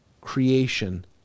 creation